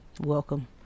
Welcome